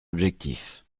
objectif